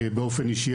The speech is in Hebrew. באופן אישי,